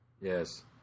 Yes